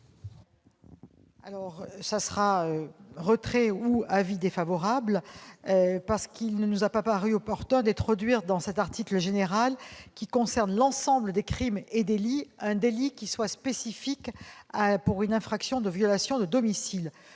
contrainte d'émettre un avis défavorable. Il ne nous a pas paru opportun d'introduire dans cet article général, qui concerne l'ensemble des crimes et délits, un délai spécifique pour l'infraction de violation de domicile.